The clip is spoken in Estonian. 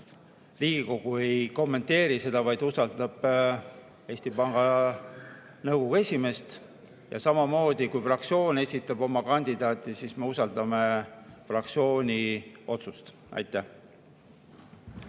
Riigikogu ei kommenteeri seda, vaid usaldab Eesti Panga Nõukogu esimeest, ja samamoodi, kui fraktsioon esitab oma kandidaadi, siis me usaldame fraktsiooni otsust. Aitäh!